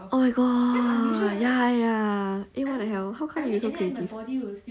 oh my god ya ya eh what the hell how come you so creative